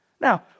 Now